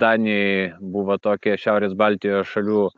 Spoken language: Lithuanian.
danijoj buvo tokia šiaurės baltijos šalių